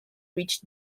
reached